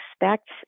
expect